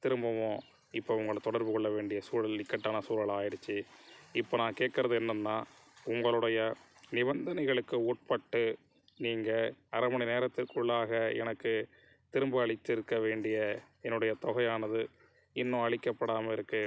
திரும்பவும் இப்போ உங்களை தொடர்பு கொள்ளவேண்டிய சூழல் இக்கட்டானசூழல் ஆகிடுச்சு இப்போ நான் கேட்குறது என்னன்னால் உங்களுடைய நிபந்தைங்களுக்கு உட்பட்டு நீங்கள் அரை மணி நேரத்துக்குள்ளாக எனக்கு திரும்ப அளித்திருக்க வேண்டிய என்னுடைய தொகையானது இன்னும் அளிக்கப்படாமல் இருக்குது